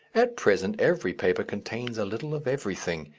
at present every paper contains a little of everything,